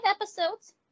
episodes